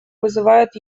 вызывает